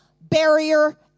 barrier